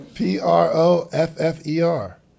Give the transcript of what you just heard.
P-R-O-F-F-E-R